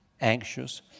anxious